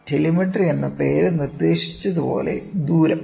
telemetry എന്ന പേര് നിർദ്ദേശിച്ചതുപോലെ ദൂരം